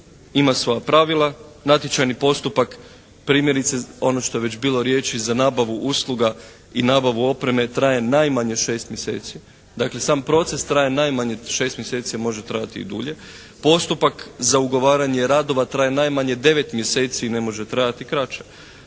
ima svoja pravila, natječajni postupak primjerice ono što je već bilo riječi za nabavu usluga i nabavu opreme traje najmanje 6 mjeseci, dakle sam proces traje najmanje 6 mjeseci, može trajati i dulje, postupak za ugovaranje radova traje najmanje 9 mjeseci i ne može trajati kraće,